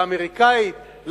לאמריקנים?